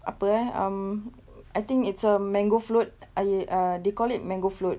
apa eh um I think it's a mango float I uh they call it mango float